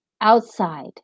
outside